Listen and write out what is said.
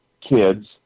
kids